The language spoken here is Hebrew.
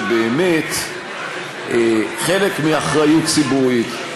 שבאמת חלק מאחריות ציבורית,